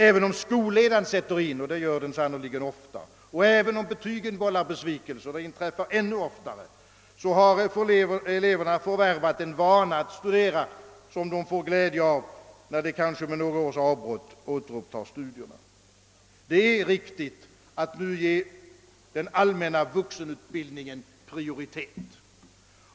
Även om skolledan sätter in — och det gör den sannerligen ofta — och även om betygen vållar besvikelse, vilket inträffar ännu oftare, har eleverna förvärvat en vana att studera, en vana som de får glädje av när de kanske med några års avbrott återupptar studierna. Det är riktigt att nu ge vuxenutbildningen prioritet.